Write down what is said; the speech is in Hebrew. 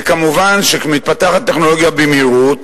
וכמובן, כשטכנולוגיה מתפתחת במהירות,